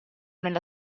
nella